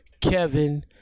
Kevin